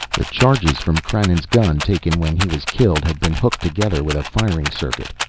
the charges from krannon's gun, taken when he was killed, had been hooked together with a firing circuit.